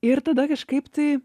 ir tada kažkaip tai